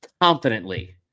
confidently